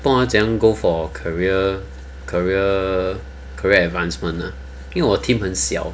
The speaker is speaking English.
不懂怎样 go for career career career advancement ah 因为我 team 很小